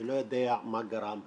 אני לא יודע מה גרם,